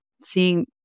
seeing